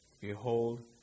Behold